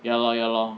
ya lor ya lor